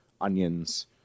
onions